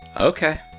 Okay